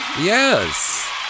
Yes